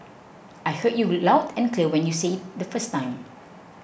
I heard you loud and clear when you said it the first time